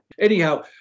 Anyhow